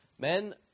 Men